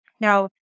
Now